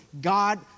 God